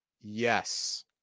Yes